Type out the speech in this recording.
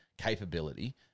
capability